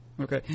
Okay